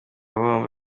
bombi